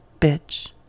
bitch